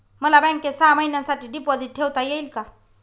मला बँकेत सहा महिन्यांसाठी डिपॉझिट ठेवता येईल का?